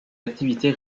activités